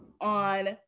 on